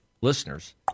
listeners